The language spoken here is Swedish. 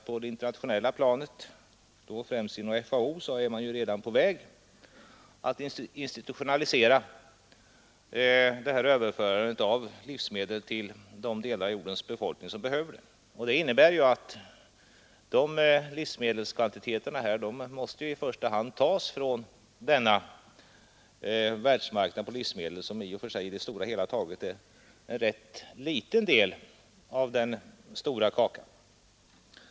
På det internationella planet, främst inom FAO, är man på väg att institutionalisera överförandet av livsmedel till de delar av jordens befolkning som behöver sådan hjälp. Dessa livsmedelskvantiteter måste i första hand tas från världsmarknaden på livsmedel, som i och för sig är en rätt liten del av den stora kakan.